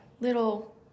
little